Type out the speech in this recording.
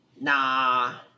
Nah